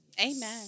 Amen